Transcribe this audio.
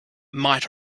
might